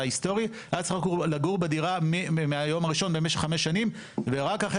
הוא היה צריך לגור בדירה מהיום הראשון במשך חמש שנים ורק אחרי